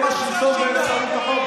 הם השלטון באמצעות החוק.